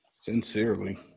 sincerely